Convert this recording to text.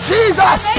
Jesus